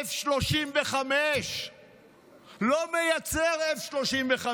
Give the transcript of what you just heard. F-35. לא מייצר F-35,